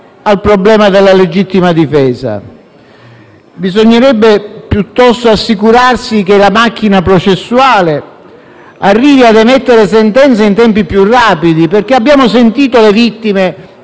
al problema della legittima difesa. Bisognerebbe piuttosto assicurarsi che la macchina processuale arrivi a emettere sentenze in tempi più rapidi. Ho sentito le vittime